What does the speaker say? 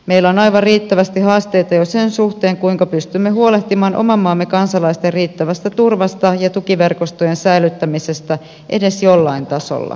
meillä on aivan riittävästi haasteita jo sen suhteen kuinka pystymme huolehtimaan oman maamme kansalaisten riittävästä turvasta ja tukiverkostojen säilyttämisestä edes jollain tasolla